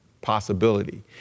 possibility